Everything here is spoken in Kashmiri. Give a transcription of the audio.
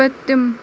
پٔتِم